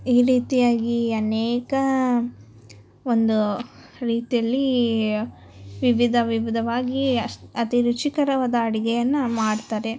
ಈ ರೀತಿಯಾಗಿ ಅನೇಕ ಒಂದು ರೀತಿಯಲ್ಲಿ ವಿವಿಧ ವಿವಿಧವಾಗಿ ಅಷ್ ಅತೀ ರುಚಿಕರವಾದ ಅಡಿಗೆಯನ್ನ ಮಾಡ್ತಾರೆ